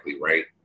right